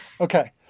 Okay